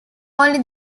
only